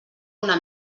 una